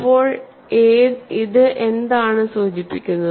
അപ്പോൾ ഇത് എന്താണ് സൂചിപ്പിക്കുന്നത്